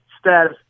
status